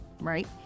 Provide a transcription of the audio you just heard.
right